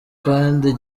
kandi